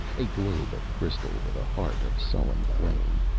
a globe of crystal, with a heart of sullen flame.